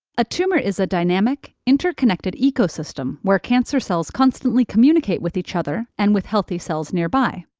a tumor is a dynamic interconnected ecosystem where cancer cells constantly communicate with each other and with healthy cells nearby.